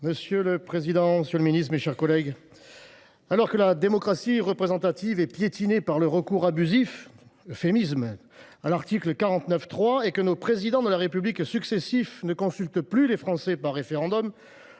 Monsieur le président, monsieur le garde des sceaux, mes chers collègues, alors que la démocratie représentative est piétinée par le recours abusif – c’est un euphémisme !– au 49.3 et que les présidents de la République successifs ne consultent plus les Français par référendum,